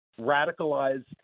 radicalized